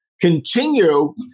continue